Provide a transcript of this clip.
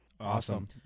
Awesome